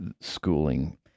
schooling